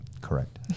correct